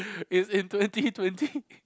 it's in twenty twenty